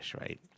right